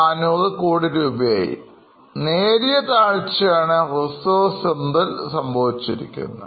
നേരിയ താഴ്ചയാണ് RESERVES എന്നതിൽ സംഭവിച്ചിരിക്കുന്നത്